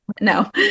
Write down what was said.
No